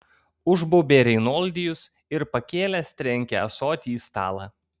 užbaubė reinoldijus ir pakėlęs trenkė ąsotį į stalą